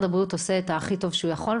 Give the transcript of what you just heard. הבריאות עושה את הכי טוב שהוא יכול,